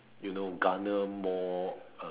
you know garner more